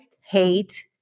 hate